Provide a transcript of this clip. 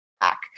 back